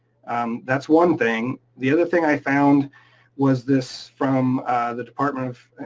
um that's one thing. the other thing i found was this from the department of